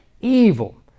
evil